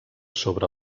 sobre